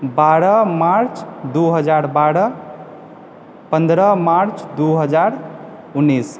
बारह मार्च दू हजार बारह पन्द्रह मार्च दू हजार उन्नैस